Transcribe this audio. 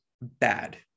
bad